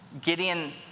Gideon